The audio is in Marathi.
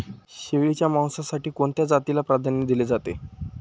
शेळीच्या मांसासाठी कोणत्या जातीला प्राधान्य दिले जाते?